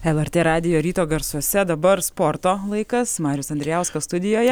elartė radijo ryto garsuose dabar sporto laikas marius andrijauskas studijoje